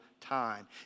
time